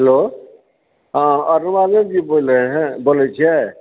hello जी बोल रहे है बोलै छियै